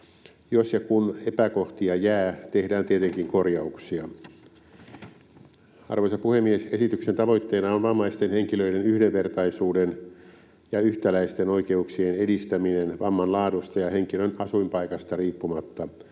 Jos ja kun epäkohtia jää, tehdään tietenkin korjauksia. Arvoisa puhemies! Esityksen tavoitteena on vammaisten henkilöiden yhdenvertaisuuden ja yhtäläisten oikeuksien edistäminen vamman laadusta ja henkilön asuinpaikasta riippumatta.